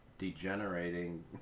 degenerating